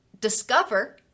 discover